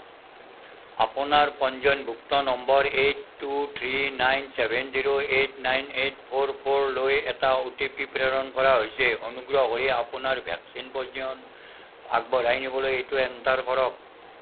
আপোনাৰ পঞ্জীয়নভুক্ত নম্বৰ eight two three nine seven zero eight nine eight four ফ'ৰলৈ এটা অ'টিপি প্ৰেৰণ কৰা হৈছে অনুগ্ৰহ কৰি আপোনাৰ ভেকচিন পঞ্জীয়ন আগবঢ়াই নিবলৈ এইটো এণ্টাৰ কৰক